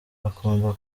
akunda